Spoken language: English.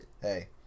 Hey